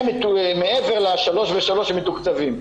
מעבר לשלוש ושלוש שמתוקצבים.